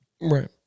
Right